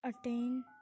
attain